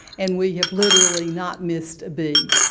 and we have literally not missed beat.